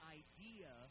idea